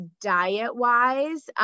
diet-wise